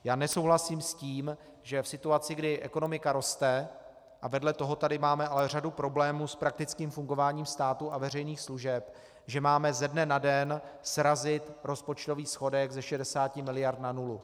Já nesouhlasím s tím, že v situaci, kdy ekonomika roste a vedle toho tady máme ale řadu problémů s praktickým fungováním státu a veřejných služeb že máme ze dne na den srazit rozpočtový schodek ze 60 mld. na nulu.